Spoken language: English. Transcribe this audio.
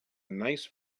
nice